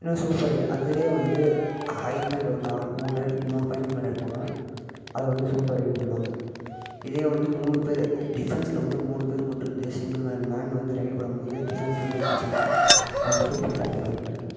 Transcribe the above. இன்னும் super raid அதிலையே வந்து ஹை பாயிண்ட் ஒரு நாலு மூணு ரைடு மூணு பாயிண்ட்டுக்கு மேலே எடுத்தானால் அது வந்து சூப்பர் ரைடுன்னு சொல்லுவாங்க இதே வந்து மூணு பேர் டிஃபன்ஸ்ல வந்து மூணு பேர் மட்டும் இருந்து சிங்கிள் மேன் மேன் வந்து ரைடு படும்மோது டிஃபன்ஸர் வந்து பிடிச்சாங்கன்னா அவங்களுக்கு சூப்பர் டேக்கில் பாயிண்ட் கிடைக்கும்